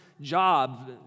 job